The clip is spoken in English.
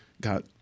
got